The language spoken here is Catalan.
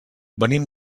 venim